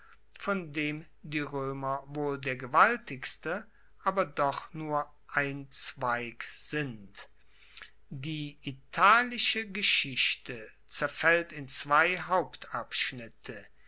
von dem die roemer wohl der gewaltigste aber doch nur ein zweig sind die italische geschichte zerfaellt in zwei